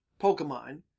Pokemon